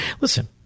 Listen